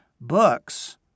books